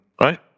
right